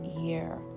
year